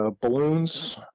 balloons